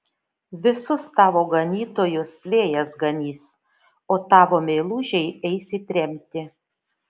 visus tavo ganytojus vėjas ganys o tavo meilužiai eis į tremtį